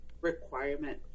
requirement